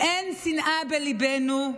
אין שנאה בליבנו,